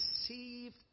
deceived